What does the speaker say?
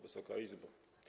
Wysoka Izbo!